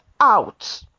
out